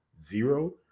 zero